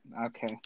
Okay